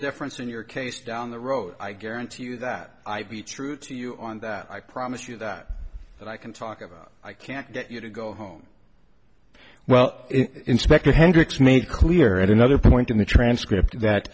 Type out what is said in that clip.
difference in your case down the road i guarantee you that i be true to you on that i promise you that that i can talk about i can't get you to go home well inspector hendricks made clear at another point in the transcript that